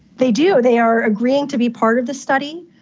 they do, they are agreeing to be part of this study.